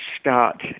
start